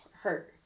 hurt